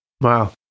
Wow